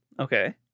Okay